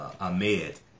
Ahmed